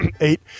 eight